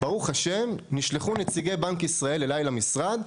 ברוך השם, נשלחו נציגי בנק ישראל אליי למשרד,